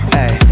Hey